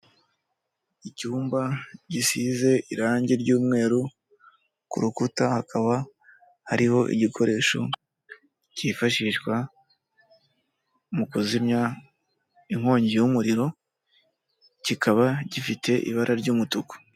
Icyumba gisize irangi ry'umweru, ku rukuta hakaba hariho igikoresho cyifashishwa, mu kuzimya inkongi y'umuriro, kikaba gifite ibara ry'umutuku.